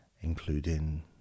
Including